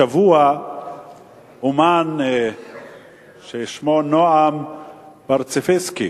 השבוע אמן ששמו נעם ברסלבסקי,